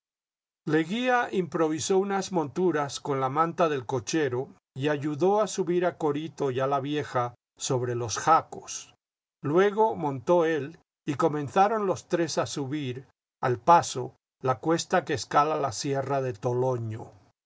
leguía improvisó unas monturas con la manta del cochero y ayudó a subir a corito y a la vieja sobre los jacos luego nrtontó él y comenzaron los tres a subir al paso la cuesta que escala la sierra de toloño